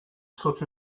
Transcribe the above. such